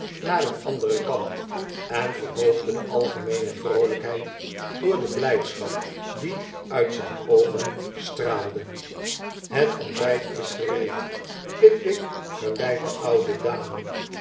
naar een anderen kant en verhoogde de algemeene vroolijkheid door de blijdschap die uit zijn oogen straalde het ontbijt is gereed pickwick geleidt de oude dame